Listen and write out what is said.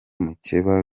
mukeba